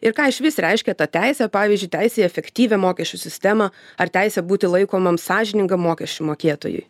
ir ką išvis reiškia tą teisė pavyzdžiui teisė į efektyvią mokesčių sistemą ar teisė būti laikomam sąžiningam mokesčių mokėtojui